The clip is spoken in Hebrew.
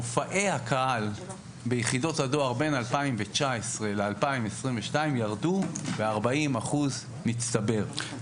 מופעי הקהל ביחידות הדיור בין 2019 ל-2022 ירדו ב-40% מצטבר.